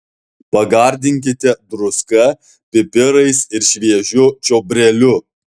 pagardinkite druska pipirais ir šviežiu čiobreliu